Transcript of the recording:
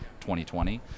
2020